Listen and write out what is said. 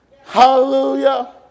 Hallelujah